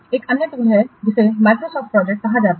एक अन्य टूल है जिसे Microsoft प्रोजेक्ट कहा जाता है